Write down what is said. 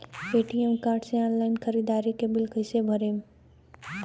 ATM card से online ख़रीदारी के बिल कईसे भरेम?